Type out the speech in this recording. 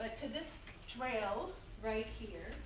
to this trail right here,